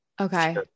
okay